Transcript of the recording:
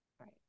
Right